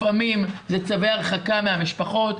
לפעמים זה צווי הרחקה מהמשפחות,